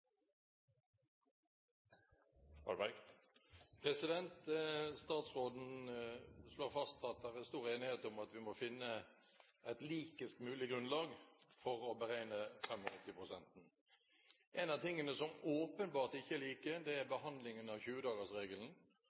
stor enighet om at vi må finne et likest mulig grunnlag for å beregne 85-prosenten. Noe av det som åpenbart ikke er likt, er behandlingen av